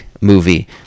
movie